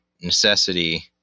necessity